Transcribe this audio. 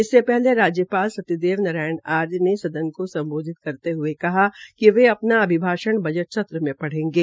इससे पहले राज्यपाल सत्यदेव आर्य ने सदन को सम्बोधित करते हये कहा कि वे अपना अभिभाषण बजट सत्र में पढ़ेगे